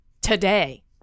today